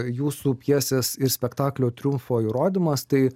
jūsų pjesės ir spektaklio triumfo įrodymas tai